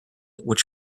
which